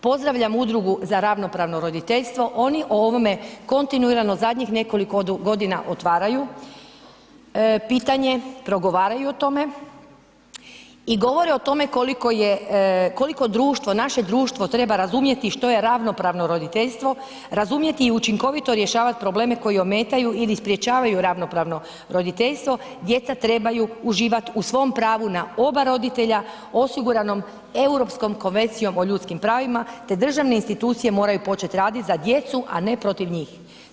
Pozdravljam Udrugu za ravnopravno roditeljstvo, oni o ovome kontinuirano zadnjih nekoliko godina otvaraju pitanje, progovaraju o tome i govore o tome koliko društvo, naše društvo treba razumjeti što je ravnopravno roditeljstvo, razumjeti i učinkovito rješavati probleme koji ometaju ili sprječavaju ravnopravno roditeljstvo, djeca trebaju uživati u svom pravu na oba roditelja osigurano Europskom konvencijom o ljudskim pravima te državne institucije moraju početi raditi za djecu a ne protiv njih.